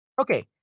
Okay